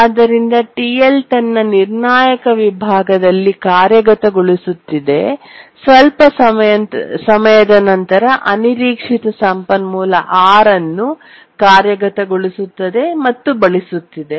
ಆದ್ದರಿಂದ TL ತನ್ನ ನಿರ್ಣಾಯಕ ವಿಭಾಗದಲ್ಲಿ ಕಾರ್ಯಗತಗೊಳಿಸುತ್ತದೆ ಸ್ವಲ್ಪ ಸಮಯದ ನಂತರ ಅನಿರೀಕ್ಷಿತ ಸಂಪನ್ಮೂಲ R ಅನ್ನು ಕಾರ್ಯಗತಗೊಳಿಸುತ್ತದೆ ಮತ್ತು ಬಳಸುತ್ತಿದೆ